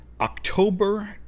October